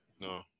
No